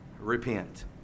Repent